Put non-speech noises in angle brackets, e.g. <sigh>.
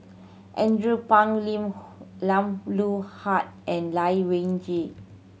Andrew Phang Lim <unintelligible> Loh Huat and Lai Weijie